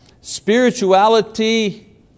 Spirituality